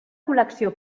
col·lecció